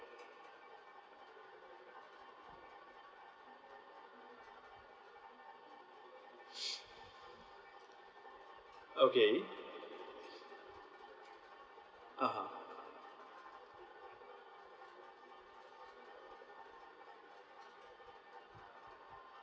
okay (uh huh)